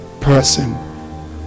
person